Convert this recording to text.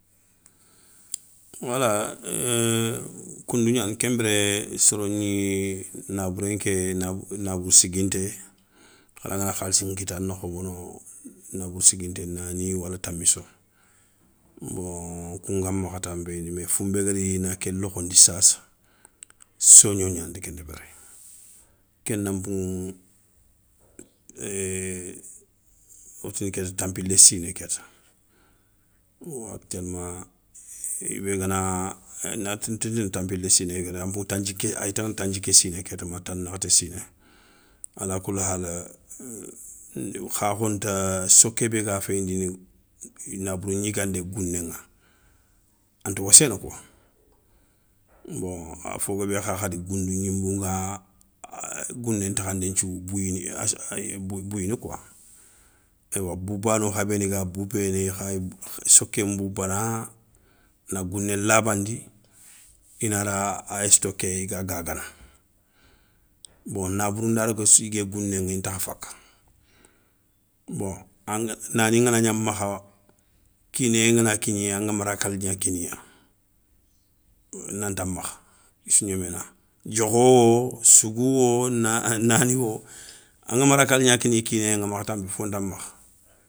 Wala koundougnani kenbiré soro gni nabouré nké nabour nabourou siginté hara ngana khalssi nkita ani khobone nabour siginté nani wala tamisso. bon kounga makha ta ben ibé founbé gadi na ké lokhondi sassa, sogno gnanda ken débéri, kéna npouŋou wotini kéta tampilé siné kéta, bon actuellema i bé gana na ti ntini tampilé siné kéta an pouŋa tandji, ay taŋana tandjiké siné ma tanakhaté siné, alakoulouhal, khakho nta soké bé ga féyindini nabourou gnigandé gounéŋa anta wosséné kouwa. Bon afo guébé, kha khadi goundou gninbou ŋa gouné ntakhandé nthiou bouyini kouwa. Eywa boubano kha béni ga boubéné i khayi soké nboubana, na gouné labandi, ina ra a éstoké i ga gagana. Bon nabourou nda daga yigué gounéŋa intakha faka, bon anga nani nganagna makha kinéyé ngana kigné angama rakal gna kiniya. Na nta makha issou gnéména, diokho, sougowo naniwo angama rakal gna kiniya kiyé makha tanpi fonta makha.